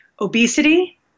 Obesity